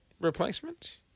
replacement